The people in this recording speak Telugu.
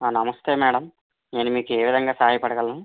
నమస్తే మేడం నేను మీకు ఏ విధంగా సహాయ పడగలను